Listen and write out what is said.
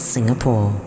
Singapore